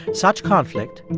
such conflict,